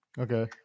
Okay